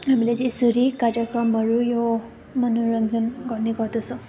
हामीले चाहिँ यसरी कार्यक्रमहरू यो मनोरञ्जन गर्ने गर्दछौँ